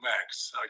max